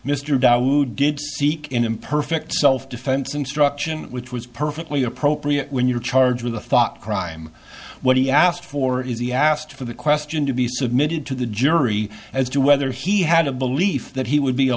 good seek an imperfect self defense instruction which was perfectly appropriate when you're charged with a thought crime what he asked for is he asked for the question to be submitted to the jury as to whether he had a belief that he would be a